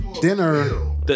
Dinner